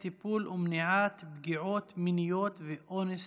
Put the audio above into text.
בנושא: טיפול ומניעת פגיעות מיניות ואונס